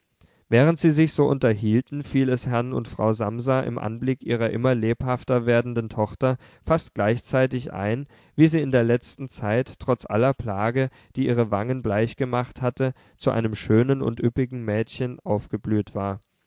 während sie sich so unterhielten fiel es herrn und frau samsa im anblick ihrer immer lebhafter werdenden tochter fast gleichzeitig ein wie sie in der letzten zeit trotz aller plage die ihre wangen bleich gemacht hatte zu einem schönen und üppigen mädchen aufgeblüht war